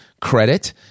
credit